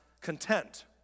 content